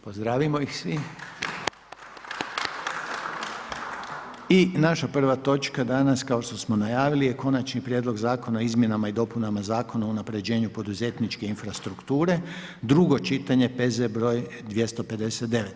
Pozdravimo ih svi. I naša prva točka danas kao što smo najavili je: - Konačni prijedlog Zakona o izmjenama i dopunama Zakona o unapređenju poduzetničke infrastrukture, drugo čitanje, P.Z. broj 259.